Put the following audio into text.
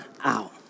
out